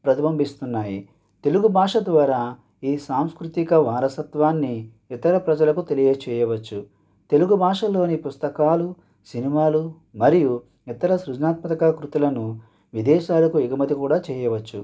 ప్రతిబింబిస్తున్నాయి తెలుగు భాష ద్వారా ఈ సాంస్కృతిక వారసత్వాన్ని ఇతర ప్రజలకు తెలియ చేయవచ్చు తెలుగు భాషలోని పుస్తకాలు సినిమాలు మరియు ఇతర సృజనాత్మక కృతులను విదేశాలకు ఎగుమతి కూడా చేయవచ్చు